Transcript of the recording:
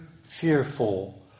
fearful